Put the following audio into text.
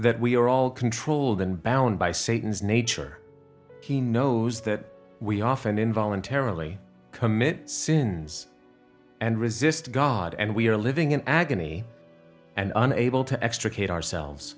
that we are all controlled and bound by satan's nature he knows that we often in voluntarily commit sins and resist god and we are living in agony and unable to extricate ourselves